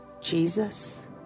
jesus